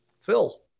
Phil